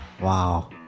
Wow